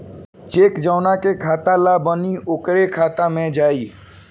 check जौना के खाता ला बनी ओकरे खाता मे जाई